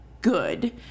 good